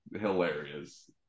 hilarious